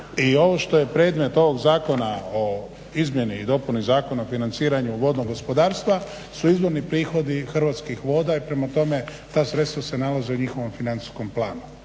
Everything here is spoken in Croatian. Ovo što je predmet ovog zakona o izmjeni i dopuni zakona o vodnog gospodarstva su izvorni prihodi hrvatskih voda i prema tome ta sredstva se nalaze prema njihovom financijskom planu.